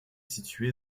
située